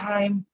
time